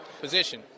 position